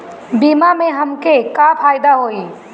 बीमा से हमके का फायदा होई?